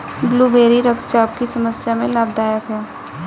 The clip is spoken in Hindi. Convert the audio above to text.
ब्लूबेरी रक्तचाप की समस्या में लाभदायक है